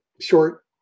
short